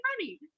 money